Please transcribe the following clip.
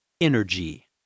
energy